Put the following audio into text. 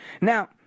now